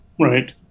right